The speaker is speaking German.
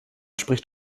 spricht